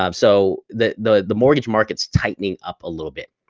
um so the the mortgage market's tightening up a little bit,